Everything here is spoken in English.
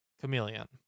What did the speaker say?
Chameleon